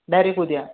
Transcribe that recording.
direct उद्या